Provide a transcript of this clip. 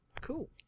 Cool